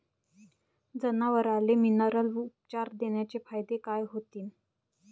जनावराले मिनरल उपचार देण्याचे फायदे काय होतीन?